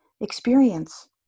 experience